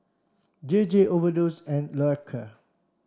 J J Overdose and Loacker